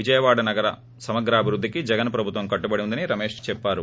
విజయవాడ నగరం సమగ్రాభివృద్దికి జగన్ ప్రభుత్వం కట్టుబడి ఉందని రమేష్ చెప్పుకొచ్చారు